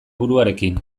buruarekin